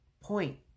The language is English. point